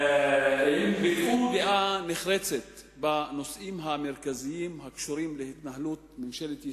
ביטאו דעה נחרצת בנושאים המרכזיים הקשורים להתנהלות ממשלת ישראל,